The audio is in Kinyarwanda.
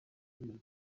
ibitego